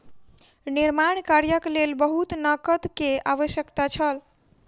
निर्माण कार्यक लेल बहुत नकद के आवश्यकता छल